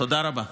תודה רבה.